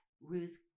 Ruth